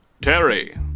Terry